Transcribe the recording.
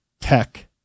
tech